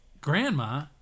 Grandma